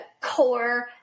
core